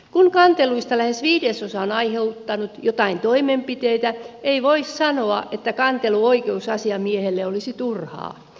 kun kanteluista lähes viidesosa on aiheuttanut joitain toimenpiteitä ei voi sanoa että kantelu oikeusasiamiehelle olisi turhaa